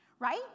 right